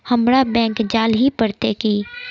हमरा बैंक जाल ही पड़ते की?